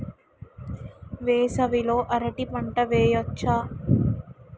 వేసవి లో అరటి పంట వెయ్యొచ్చా?